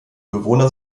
bewohner